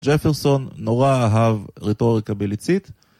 ג'פרסון נורא אהב רטוריקה בליצית